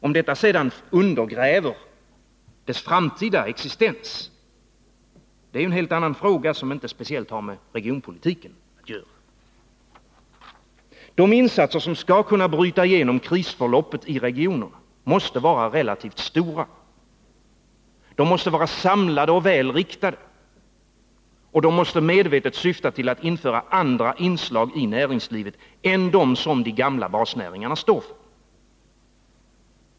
Om detta sedan undergräver dess framtida existens, är en helt annan fråga som inte speciellt har med regionpolitiken att göra. De insatser som skall kunna bryta igenom krisförloppet i regionerna måste vara relativt stora. De måste vara samlade och väl riktade. De måste medvetet syfta till att införa andra inslag i näringslivet än dem som de gamla basnäringarna står för.